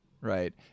Right